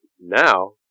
now